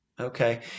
okay